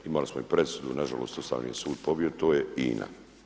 Imali smo i presudu, nažalost Ustavni sud je pobio, to je INA.